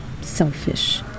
selfish